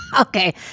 Okay